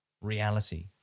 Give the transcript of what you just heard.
reality